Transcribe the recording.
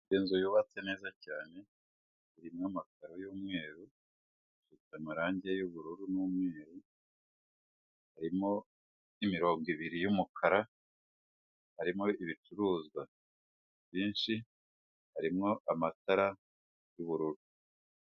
Inzu y'ubatswe neza cyane irimo amakaro y'umweru, ifite amarange y'ubururu n'umweru, irimo imirongo ibiri y'umukara, harimo ibicuruzwa byinshi, harimo amatara y'ubururu.